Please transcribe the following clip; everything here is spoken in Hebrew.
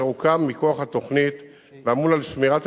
אשר הוקם מכוח התוכנית ואמון על שמירת